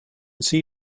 see